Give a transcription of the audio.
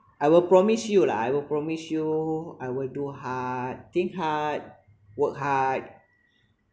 I will promise you lah I will promise you I will do hard think hard work hard